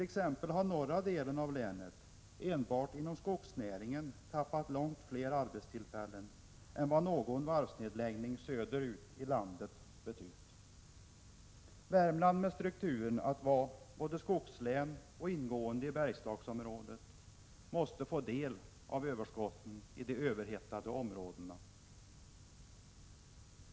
Exempelvis har den norra delen av länet, enbart inom skogsnäringen, tappat långt fler arbetstillfällen än vad som blivit fallet vid någon varvsnedläggning söderut i landet. Värmland med strukturen att vara både skogslän och ingå i Bergslagsområdet måste få del av överskotten i de överhettade områdena.